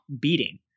beating